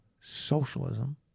Socialism